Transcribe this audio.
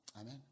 Amen